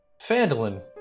Fandolin